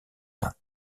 d’un